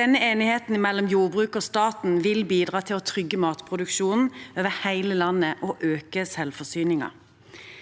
Denne enigheten mellom jordbruket og staten vil bidra til å trygge matproduksjonen over hele landet og øke selvforsyningen.